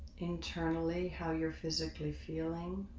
internally, how you're physically feeling